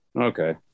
Okay